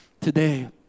today